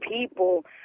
people